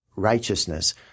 righteousness